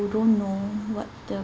you don't know what the